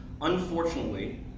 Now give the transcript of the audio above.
Unfortunately